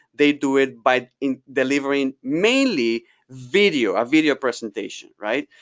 they do it by delivering mainly video, a video presentation, right?